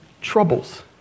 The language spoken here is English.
troubles